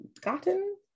gotten